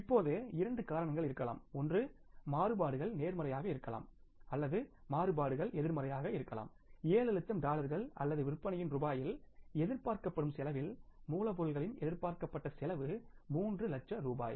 இப்போது இரண்டு காரணங்கள் இருக்கலாம் ஒன்று மாறுபாடுகள் நேர்மறையாக இருக்கலாம் மாறுபாடுகள் எதிர்மறையாக இருக்கலாம் 7 லட்சம் டாலர்கள் அல்லது விற்பனையின் எதிர்பார்க்கப்படும் செலவில் மூலப்பொருளின் எதிர்பார்க்கப்பட்ட செலவு 3 லட்சம் ரூபாய்